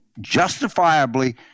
justifiably